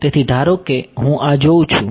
તેથી ધારો કે હું આ જોઉં છું